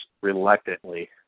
reluctantly